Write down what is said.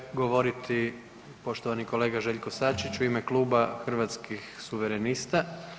Sada će govoriti poštovani kolega Željko Sačić u ime Kluba Hrvatskih suverenista.